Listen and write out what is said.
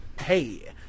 Hey